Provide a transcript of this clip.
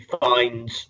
find